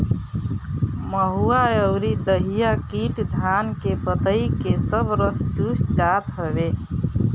महुआ अउरी दहिया कीट धान के पतइ के सब रस चूस जात हवे